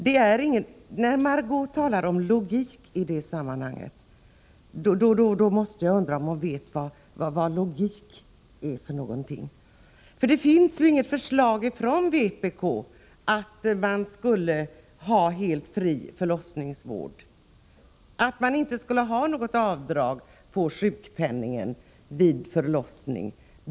När Margö Ingvardsson talar om logik i detta sammanhang måste jag fråga om hon vet vad logik är. Det finns inget förslag från vpk om helt fri förlossningsvård, om att det inte skall göras avdrag på sjukpenningen vid förlossning.